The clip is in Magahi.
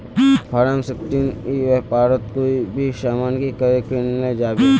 फारम सिक्सटीन ई व्यापारोत कोई भी सामान की करे किनले जाबे?